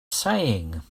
saying